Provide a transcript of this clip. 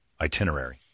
Itinerary